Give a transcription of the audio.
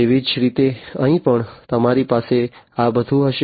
તેવી જ રીતે અહીં પણ તમારી પાસે આ બધું હશે